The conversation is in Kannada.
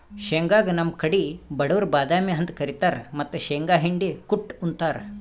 ಶೇಂಗಾಗ್ ನಮ್ ಕಡಿ ಬಡವ್ರ್ ಬಾದಾಮಿ ಅಂತ್ ಕರಿತಾರ್ ಮತ್ತ್ ಶೇಂಗಾ ಹಿಂಡಿ ಕುಟ್ಟ್ ಉಂತಾರ್